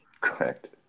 Correct